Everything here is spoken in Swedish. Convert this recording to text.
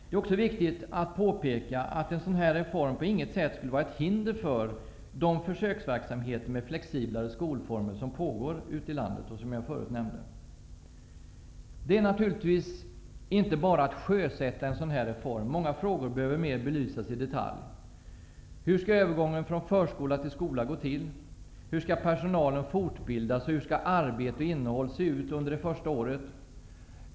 Det är också viktigt att påpeka att en sådan här reform på inget sätt skulle vara ett hinder för de försöksverksamheter med flexiblare skolformer som pågår ute i landet och som jag förut nämnde. Det är naturligtvis inte bara att sjösätta en sådan här reform. Många frågor behöver belysas mer i detalj. Hur skall övergången från förskola till skola gå till? Hur skall personalen fortbildas och hur skall arbete och innehåll se ut under det första året?